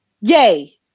Yay